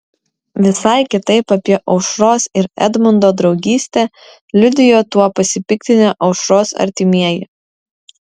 visai kitaip apie aušros ir edmundo draugystę liudijo tuo pasipiktinę aušros artimieji